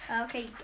Okay